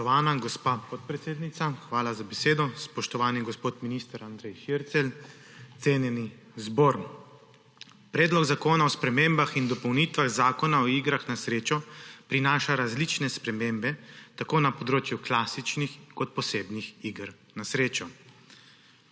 hvala za besedo.